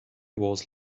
was